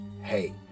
hey